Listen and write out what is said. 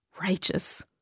righteous